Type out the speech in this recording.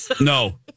No